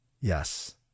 Yes